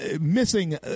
missing